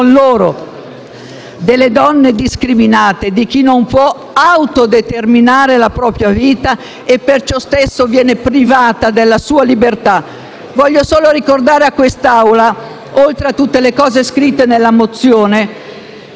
loro, delle donne discriminate, di chi non può autodeterminare la propria vita e per ciò stesso viene privato della libertà. Voglio solo ricordare all'Assemblea, oltre a tutte le cose scritte nella mozione,